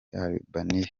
albania